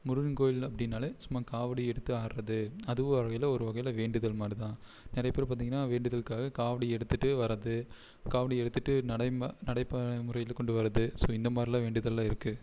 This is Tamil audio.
முருகன் கோயில் அப்படின்னாலே சும்மா காவடி எடுத்து ஆடுறது அதுவும் வகையில் ஒரு வகையில் வேண்டுதல் மாரி தான் நிறைய பேர் பார்த்தீங்கன்னா வேண்டுதல்க்காக காவடி எடுத்துகிட்டு வரது காவடி எடுத்துகிட்டு நடை ம நடைபயண முறையில் கொண்டு வரது ஸோ இந்த மாதிரிலாம் வேண்டுதல்லாம் இருக்கு